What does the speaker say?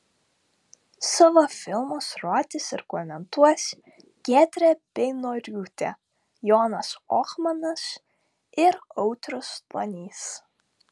savo filmus rodys ir komentuos giedrė beinoriūtė jonas ohmanas ir audrius stonys